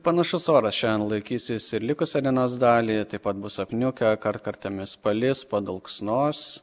panašus oras šiandien laikysis ir likusią dienos dalį taip pat bus apniukę kartkartėmis palis padulksnos